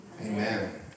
amen